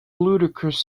ludicrous